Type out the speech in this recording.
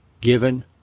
given